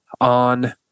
on